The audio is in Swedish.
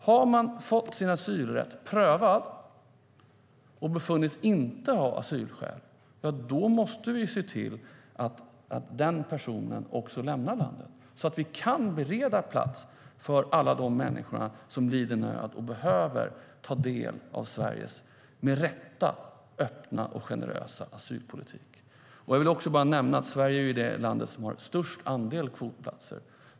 Om en person har fått sin asylrätt prövad och befunnits inte ha asylskäl måste vi se till att den personen lämnar landet, så att vi kan bereda plats för alla de människor som lider nöd och behöver ta del av Sveriges, med rätta, öppna och generösa asylpolitik. Jag vill också nämna att Sverige är det land som har störst andel kvotplatser.